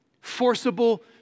forcible